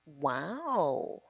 Wow